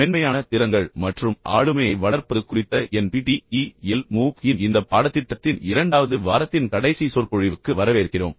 மென்மையான திறன்கள் மற்றும் ஆளுமையை வளர்ப்பது குறித்த N P T E L MOOC இன் இந்த பாடத்திட்டத்தின் இரண்டாவது வாரத்தின் கடைசி சொற்பொழிவுக்கு மீண்டும் வரவேற்கிறோம்